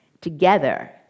Together